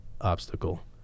obstacle